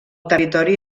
territori